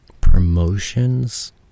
Promotions